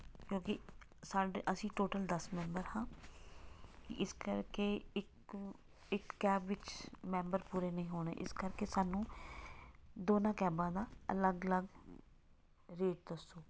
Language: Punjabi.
ਕਿਉਂਕਿ ਸਾਡੇ ਅਸੀਂ ਟੋਟਲ ਦਸ ਮੈਂਬਰ ਹਾਂ ਇਸ ਕਰਕੇ ਇੱਕ ਇੱਕ ਕੈਬ ਵਿੱਚ ਮੈਂਬਰ ਪੂਰੇ ਨਹੀਂ ਹੋਣੇ ਇਸ ਕਰਕੇ ਸਾਨੂੰ ਦੋਨਾਂ ਕੈਬਾਂ ਦਾ ਅਲੱਗ ਅਲੱਗ ਰੇਟ ਦੱਸੋ